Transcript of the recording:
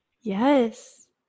Yes